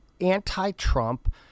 anti-Trump